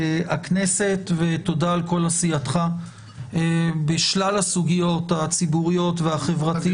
מזירת הכנסת ותודה על כל עשייתך בשלל הסוגיות הציבוריות והחברתיות.